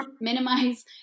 minimize